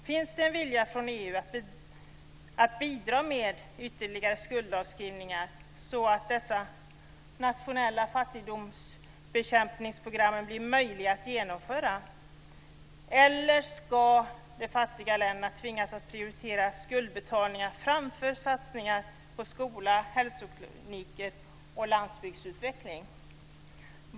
Finns det en vilja från EU att bidra med ytterligare skuldavskrivningar, så att de nationella fattigdomsbekämpningsprogrammen blir möjliga att genomföra, eller ska de fattiga länderna tvingas att prioritera skuldbetalningar framför satsningar på skola, hälsokliniker och landsbygdsutveckling?